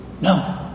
No